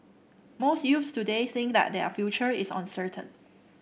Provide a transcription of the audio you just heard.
most youths today think that their future is uncertain